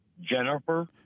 Jennifer